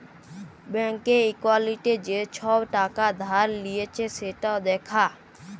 ব্যাংকে একাউল্টে যে ছব টাকা ধার লিঁয়েছে সেট দ্যাখা